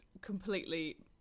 completely